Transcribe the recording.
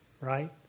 right